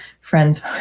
friends